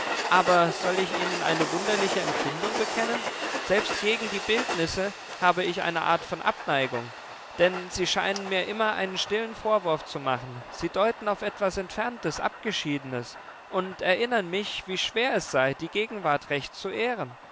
aber soll ich ihnen eine wunderliche empfindung bekennen selbst gegen die bildnisse habe ich eine art von abneigung denn sie scheinen mir immer einen stillen vorwurf zu machen sie deuten auf etwas entferntes abgeschiedenes und erinnern mich wie schwer es sei die gegenwart recht zu ehren